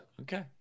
Okay